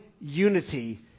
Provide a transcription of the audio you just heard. unity